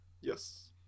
Yes